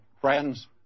friends